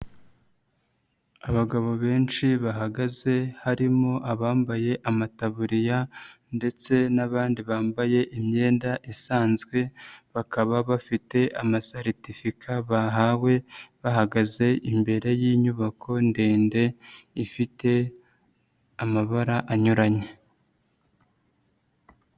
Abagabo benshi bahagaze harimo abambaye amataburiya ndetse n'abandi bambaye imyenda isanzwe, bakaba bafite amasaretifika bahawe bahagaze imbere y'inyubako ndende ifite amabara anyuranye.